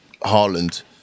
Haaland